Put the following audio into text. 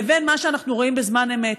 לבין מה שאנחנו רואים בזמן אמת.